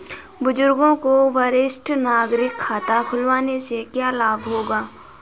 बुजुर्गों को वरिष्ठ नागरिक खाता खुलवाने से क्या लाभ होगा?